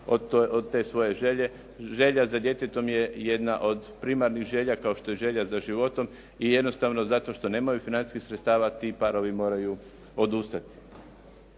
od te svoje želje. Želja za djetetom je jedna od primarnih želja kao što je želja za životom i jednostavno zato što nemaju financijskih sredstava ti parovi moraju odustati.